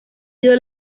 sido